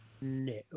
No